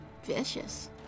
vicious